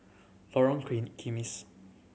Lorong Kimis